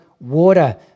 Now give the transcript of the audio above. water